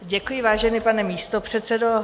Děkuji, vážený pane místopředsedo.